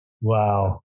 Wow